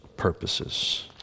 purposes